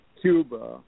Cuba